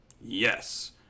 Yes